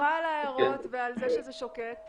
אני שמחה על ההערות ועל זה שזה שוקק,